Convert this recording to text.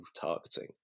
targeting